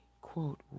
quote